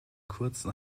kurzen